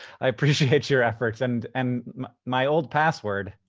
i appreciate your efforts. and and my old password,